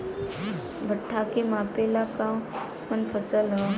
भूट्टा के मापे ला कवन फसल ह?